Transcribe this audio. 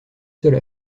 seule